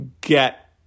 get